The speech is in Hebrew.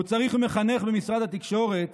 הוא צריך מחנך במשרד התקשורת